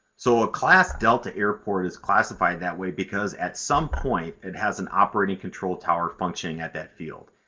so a class delta airport is classified that way because at some point it has an operating control tower functioning at that field.